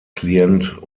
client